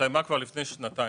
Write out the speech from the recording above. הסתיימה כבר לפני שנתיים.